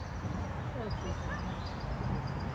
in their thirty s, in the next census.